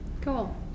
cool